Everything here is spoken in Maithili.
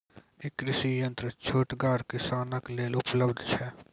ई कृषि यंत्र छोटगर किसानक लेल उपलव्ध छै?